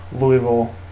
Louisville